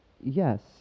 Yes